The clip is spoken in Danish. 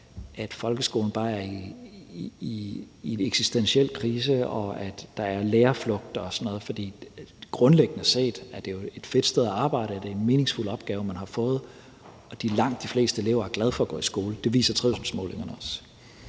at folkeskolen bare er i en eksistentiel krise, og at der er lærerflugt og sådan noget, for grundlæggende set er det jo et fedt sted at arbejde, og det er en meningsfuld opgave, man har fået, og langt de fleste elever er glade for at gå i skole; det viser trivselsmålingerne også.